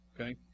okay